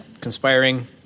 Conspiring